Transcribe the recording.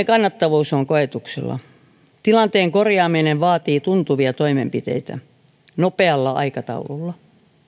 kannattavuus on koetuksella tilanteen korjaaminen vaatii tuntuvia toimenpiteitä nopealla aikataululla